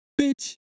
Bitch